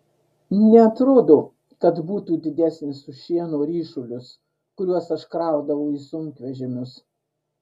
neatrodo kad būtų didesnis už šieno ryšulius kuriuos aš kraudavau į sunkvežimius